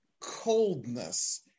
coldness